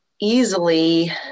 easily